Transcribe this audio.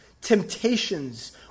temptations